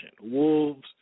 Wolves